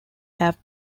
have